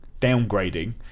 downgrading